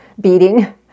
beating